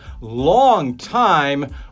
longtime